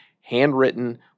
handwritten